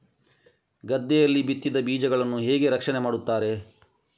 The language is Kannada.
ಗದ್ದೆಯಲ್ಲಿ ಬಿತ್ತಿದ ಬೀಜಗಳನ್ನು ಹೇಗೆ ರಕ್ಷಣೆ ಮಾಡುತ್ತಾರೆ?